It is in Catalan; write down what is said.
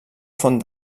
font